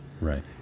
right